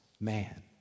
man